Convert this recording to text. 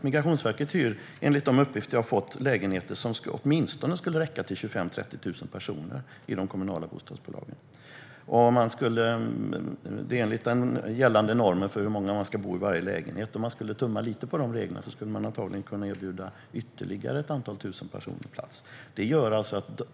Enligt de uppgifter jag har fått hyr Migrationsverket lägenheter av de kommunala bostadsbolagen som åtminstone skulle räcka till 25 000-30 000 personer. Om man skulle tumma på den gällande regeln för hur många som får bo i varje lägenhet skulle man antagligen kunna erbjuda ytterligare ett antal tusen personer plats.